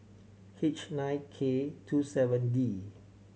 H nine K two seven D